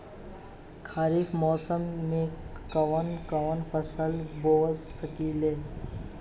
खरिफ मौसम में कवन कवन फसल बो सकि ले?